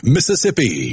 Mississippi